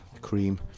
cream